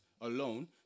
alone